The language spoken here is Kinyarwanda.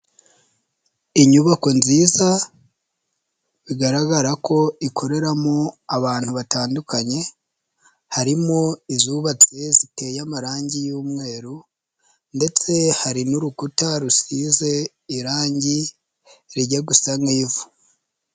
Inyubako nziza, bigaragara ko ikoreramo abantu batandukanye, harimo izubatse ziteye amarangi y'umweru ndetse hari n'urukuta rusize irangi, rijya gusa nk'ivu.